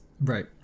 Right